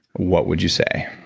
what would you say?